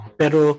pero